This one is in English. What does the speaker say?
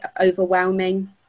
overwhelming